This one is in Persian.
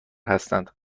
هستند